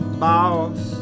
boss